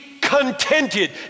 contented